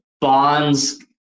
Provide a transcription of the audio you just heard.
bonds